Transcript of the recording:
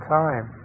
time